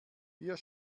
wir